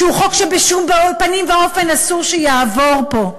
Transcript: שהוא חוק שבשום פנים ואופן אסור שיעבור פה.